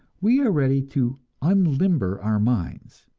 we are ready to unlimber our minds,